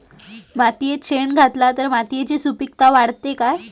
मातयेत शेण घातला तर मातयेची सुपीकता वाढते काय?